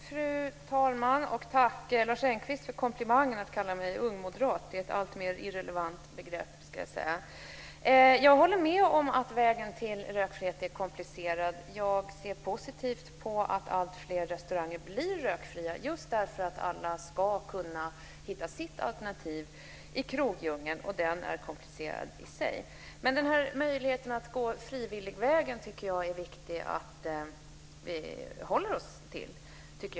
Fru talman! Tack för komplimangen, Lars Engqvist. Att kalla mig ungmoderat blir ett alltmer irrelevant begrepp. Jag håller med om att vägen till rökfrihet är komplicerad, och jag ser positivt på att alltfler restauranger blir rökfria just därför att alla ska kunna hitta sitt alternativ i krogdjungeln som är komplicerad i sig. Men det är viktigt att vi håller oss till möjligheten att gå frivilligvägen.